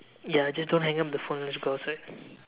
ya just don't hang up the phone let's go outside